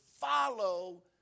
follow